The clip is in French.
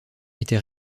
était